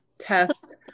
test